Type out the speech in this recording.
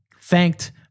thanked